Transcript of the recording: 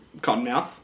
Cottonmouth